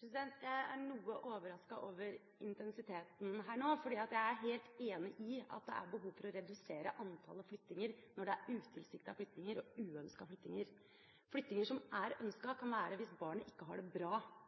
Jeg er noe overrasket over intensiteten her nå, for jeg er helt enig i at det er behov for å redusere antallet flyttinger når det er utilsiktede flyttinger og uønskede flyttinger. Flyttinger som er ønsket, kan være hvis det er åpenbart at barnet ikke har det bra,